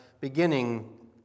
beginning